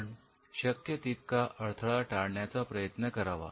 आपणास शक्य तितका अडथळा टाळण्याचा प्रयत्न करावा